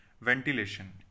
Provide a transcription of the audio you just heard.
ventilation